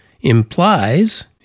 implies